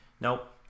Nope